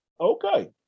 Okay